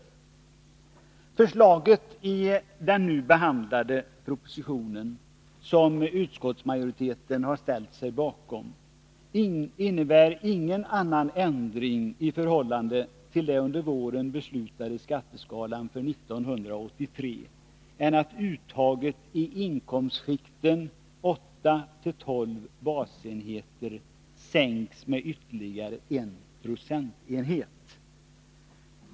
Förslaget i den nu behandlade propositionen, som utskottsmajoriteten ställt sig bakom, innebär ingen annan ändring i förhållande till den under våren beslutade skatteskalan för 1983 än att uttaget i inkomstskikten 8-12 basenheter sänks med ytterligare 1 procentenhet.